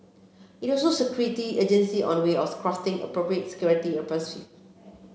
it also security agencies on ways of crafting appropriate security impressive